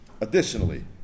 Additionally